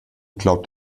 glaubt